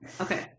okay